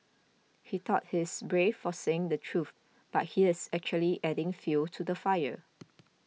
he thought he's brave for saying the truth but he's actually adding fuel to the fire